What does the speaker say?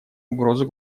угрозу